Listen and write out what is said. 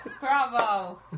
Bravo